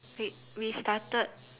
wait we started